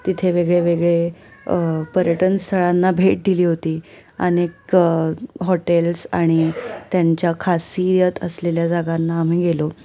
तिथे वेगळे वेगळे पर्यटन स्थळांना भेट दिली होती अनेक हॉटेल्स आणि त्यांच्या खासियत असलेल्या जागांना आम्ही गेलो